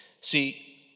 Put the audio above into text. See